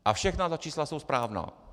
A všechna ta čísla jsou správná.